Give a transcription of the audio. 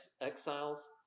exiles